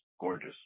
gorgeous